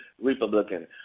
republican